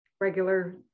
regular